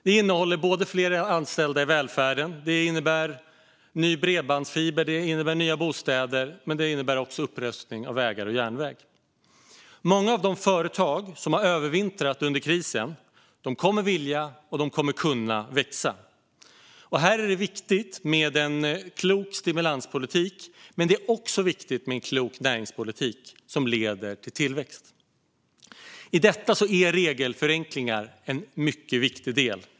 Det innehåller fler anställda i välfärden, ny bredbandsfiber och nya bostäder, men det innehåller också upprustning av vägar och järnväg. Många av de företag som har övervintrat under krisen kommer att vilja och kommer att kunna växa. Här är det viktigt med en klok stimulanspolitik, men det är också viktigt med en klok näringspolitik som leder till tillväxt. I denna är regelförenklingar en mycket viktig del.